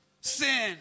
Sin